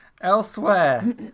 elsewhere